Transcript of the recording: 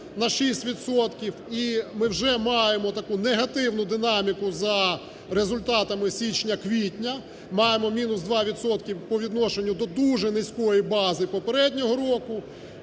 І ми вже маємо таку негативну динаміку за результатами січні-квітня маємо мінус 2 відсотки по відношенню до дуже низької бази попереднього року.